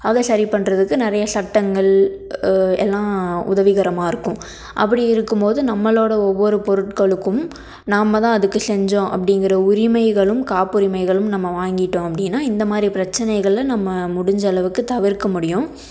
அதை சரி பண்ணுறதுக்கு நிறையா சட்டங்கள் எல்லாம் உதவிகரமாக இருக்கும் அப்படி இருக்கும் போது நம்மளோடய ஒவ்வொரு பொருட்களுக்கும் நம்ம தான் அதுக்கு செஞ்சோம் அப்படிங்கிற உரிமைகளும் காப்புரிமைகளும் நம்ம வாங்கிவிட்டோம் அப்படின்னா இந்த மாதிரி பிரச்சினைகள நம்ம முடிஞ்சளவுக்கு தவிர்க்க முடியும்